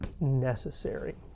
necessary